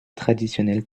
traditionnelle